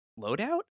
loadout